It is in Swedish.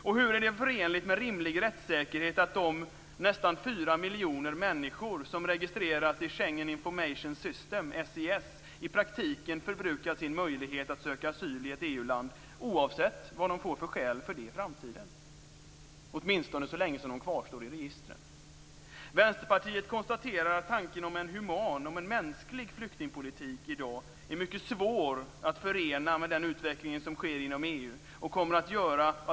Och hur är det förenligt med rimlig rättssäkerhet att de nästan 4 miljoner människor som registrerats i Schengen Information System, SIS, i praktiken har förbrukat sin möjlighet att söka asyl i ett EU-land, oavsett skälen för det i framtiden - åtminstone så länge som de kvarstår i registren? Vänsterpartiet konstaterar att tanken om en human, en mänsklig, flyktingpolitik i dag är mycket svår att förena med den utveckling som sker inom EU.